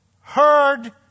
heard